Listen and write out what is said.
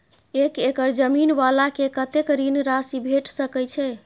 एक एकड़ जमीन वाला के कतेक ऋण राशि भेट सकै छै?